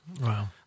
Wow